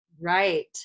Right